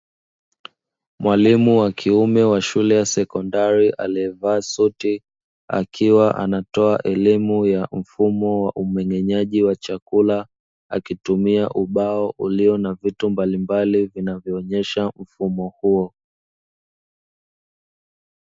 Mwalimu wa kiume wa shule ya sekondari, aliyevaa suti akiwa anatoa elimu ya mfumo wa umeng'enyaji wa chakula, akitumia ubao ulio na vitu mbalimbali vinavyoonyesha mfumo huo.